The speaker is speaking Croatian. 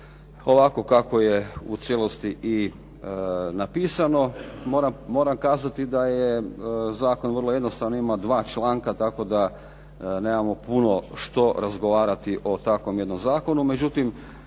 ovako kako je u cijelosti i napisano. Moram kazati da je zakon vrlo jednostavan, ima dva članka tako da nemamo puno što razgovarati o takvom jednom zakonu. Međutim,